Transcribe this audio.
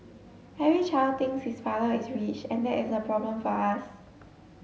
every child thinks his father is rich and that is a problem for us